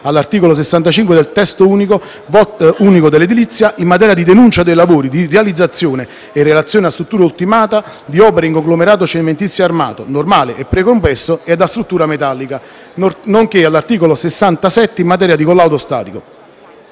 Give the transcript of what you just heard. all'articolo 65 del testo unico dell'edilizia, in materia di denuncia dei lavori di realizzazione e relazione a struttura ultimata di opere di conglomerato cementizio armato, normale e precompresso e a struttura metallica, nonché all'articolo 67, in materia di collaudo statico.